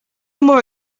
more